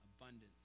abundance